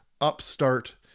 upstart